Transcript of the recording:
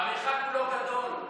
המרחק הוא לא גדול.